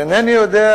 אינני יודע,